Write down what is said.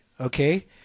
Okay